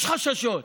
יש חששות,